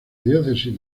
diócesis